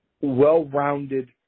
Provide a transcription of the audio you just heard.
well-rounded